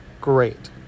great